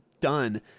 done